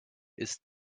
ist